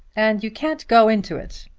and you can't go into it.